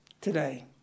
today